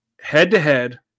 Head-to-head